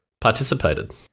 participated